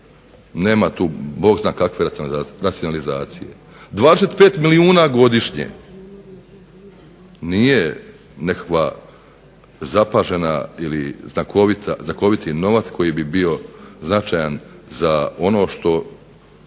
nema tu Bog zna kakve racionalizacije. 25 milijuna kuna godišnje nije nekakva zapažena ili znakoviti novac koji bi bio značajan za ono za